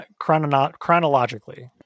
Chronologically